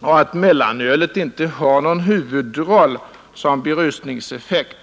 och att mellanölet inte har någon huvudroll som berusningseffekt.